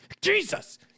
jesus